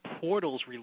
portals